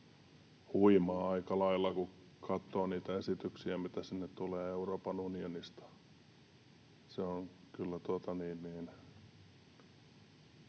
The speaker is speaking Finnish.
huimaa aika lailla, kun katsoo niitä esityksiä, mitä sinne tulee Euroopan unionista. Voisi sanoa,